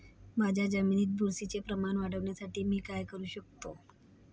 माझ्या जमिनीत बुरशीचे प्रमाण वाढवण्यासाठी मी काय करू शकतो?